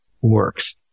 works